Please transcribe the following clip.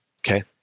Okay